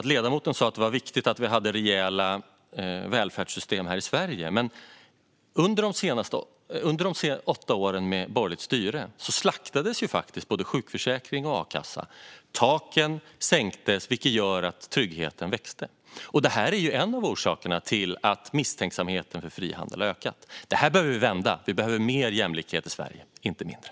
Ledamoten sa att det är viktigt med rejäla välfärdssystem i Sverige, men under de åtta åren med borgerligt styre slaktades faktiskt både sjukförsäkring och a-kassa. Taken sänktes, vilket gjorde att otryggheten växte. Det är en av orsakerna till att misstänksamheten mot frihandel ökat. Vi behöver vända detta; vi behöver mer jämlikhet i Sverige, inte mindre.